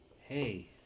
hey